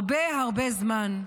הרבה הרבה זמן.